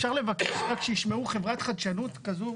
אפשר לבקש רק שישמעו חברת חדשנות כזו?